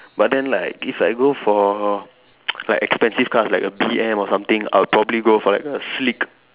but then like if I go for like expensive cars like a B_M or something I'll probably go for like a sleek